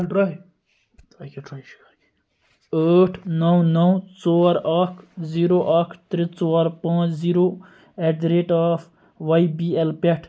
اَٹھراہ ٲٹھ نو نو ژور اکھ زیٖرو اکھ ترٛےٚ ژور پانٛژ zero at the rate of Y B L پٮ۪ٹھ